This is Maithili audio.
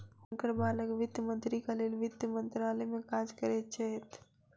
हुनकर बालक वित्त मंत्रीक लेल वित्त मंत्रालय में काज करैत छैथ